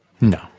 no